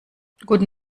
guten